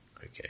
okay